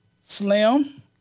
Slim